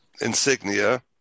insignia